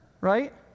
right